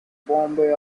bombay